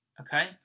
Okay